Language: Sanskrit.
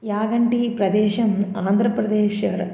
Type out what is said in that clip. यागण्टिप्रदेशम् आन्ध्रप्रदेशम्